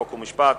חוק ומשפט,